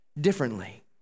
differently